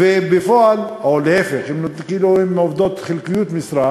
ובפועל, או להפך, כאילו הן עובדות בחלקיות משרה,